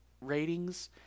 ratings